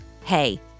hey